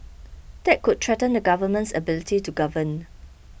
that could threaten the government's ability to govern